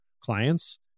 clients